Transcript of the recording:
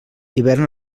hivern